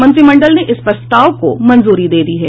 मंत्रिमंडल ने इस प्रस्ताव को मंजूरी दे दी है